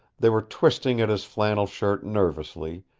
they were twisting at his flannel shirt nervously,